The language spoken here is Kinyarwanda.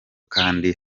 kandi